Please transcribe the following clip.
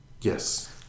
yes